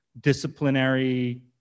disciplinary